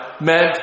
meant